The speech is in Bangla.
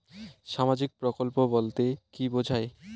সামাজিক প্রকল্প বলতে কি বোঝায়?